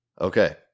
Okay